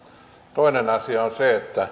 toinen asia on se että